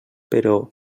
però